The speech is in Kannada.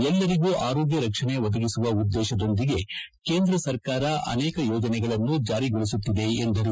ಎಲ್ಲರಿಗೂ ಆರೋಗ್ಯ ರಕ್ಷಣೆ ಒದಗಿಸುವ ಉದ್ರೇಶದೊಂದಿಗೆ ಕೇಂದ್ರ ಸರ್ಕಾರ ಅನೇಕ ಯೋಜನೆಗಳನ್ನು ಜಾರಿಗೊಳಿಸುತ್ತಿದೆ ಎಂದರು